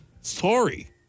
Sorry